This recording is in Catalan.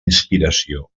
inspiració